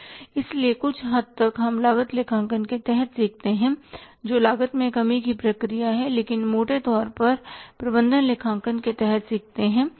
इसलिए कुछ हद तक हम लागत लेखांकन के तहत सीखते हैं जो लागत में कमी की प्रक्रिया है लेकिन मोटे तौर पर हम प्रबंधन लेखांकन के तहत सीखते हैं